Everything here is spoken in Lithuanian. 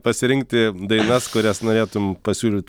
pasirinkti dainas kurias norėtum pasiūlyt